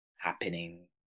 happening